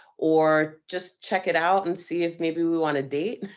or just check it out and see if maybe we want to date.